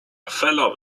fellow